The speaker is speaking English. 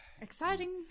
exciting